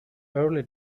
early